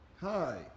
Hi